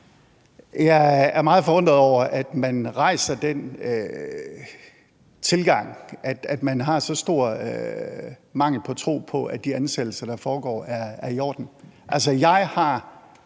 Jeg er meget forundret over, at man har den tilgang, at man har så stor mangel på tro på, at de ansættelser, der foregår, er i orden.